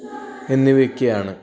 എന്നിവയൊക്കെയാണ്